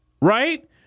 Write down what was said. right